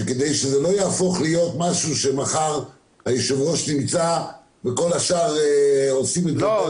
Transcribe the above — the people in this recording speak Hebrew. שכדי שזה לא יהפוך להיות משהו שמחר היושב-ראש נמצא וכל השאר --- לא.